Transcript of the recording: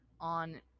on